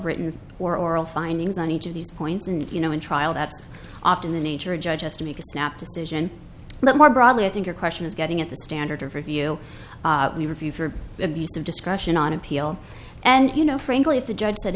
britain or oral findings on each of these points and you know in trial that's often the nature of judges to make a snap decision but more broadly i think your question is getting at the standard of review review for abuse of discretion on appeal and you know frankly if the judge said